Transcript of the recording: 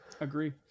Agree